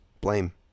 Blame